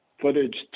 footage